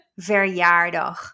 verjaardag